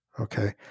okay